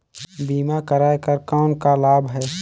बीमा कराय कर कौन का लाभ है?